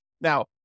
Now